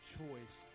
choice